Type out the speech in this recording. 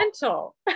gentle